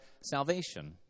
salvation